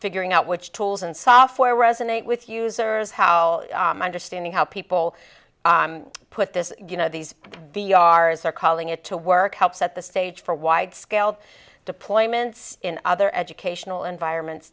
figuring out which tools and software resonate with users how understanding how people put this you know these b r as they're calling it to work help set the stage for wide scale deployments in other educational environments